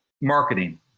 marketing